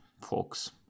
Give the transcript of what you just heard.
folks